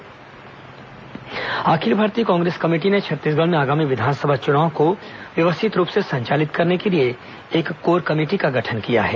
Congress core committee अखिल भारतीय Congress committee ने छत्तीसगढ़ में आगामी विधानसभा चुनाव को व्यवस्थित रूप से संचालित करने के लिए एक कोर कमेटी का गठन किया है